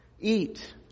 eat